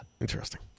Interesting